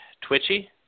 twitchy